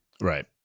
Right